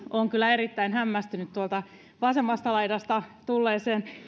olen kyllä erittäin hämmästynyt tuolta vasemmasta laidasta tulleesta